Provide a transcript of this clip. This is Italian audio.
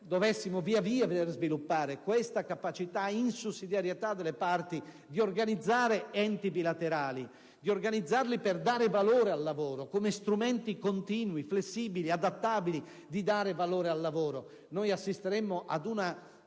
dovessimo via via veder sviluppare questa capacità in sussidiarietà delle parti di organizzare enti bilaterali per dare valore al lavoro, come strumenti continui, flessibili e adattabili per dare valore al lavoro; allora, noi assisteremmo a